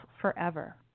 forever